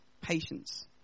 patience